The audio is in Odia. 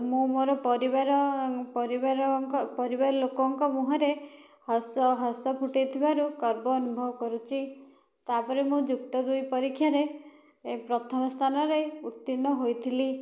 ମୁଁ ମୋର ପରିବାର ପରିବାରଙ୍କ ପରିବାର ଲୋକଙ୍କ ମୁହଁରେ ହସ ହସ ଫୁଟେଇଥିବାରୁ ଗର୍ବ ଅନୁଭବ କରୁଛି ତାପରେ ମୁଁ ଯୁକ୍ତ ଦୁଇ ପରୀକ୍ଷାରେ ପ୍ରଥମ ସ୍ଥାନରେ ଉତ୍ତୀର୍ଣ୍ଣ ହୋଇଥିଲି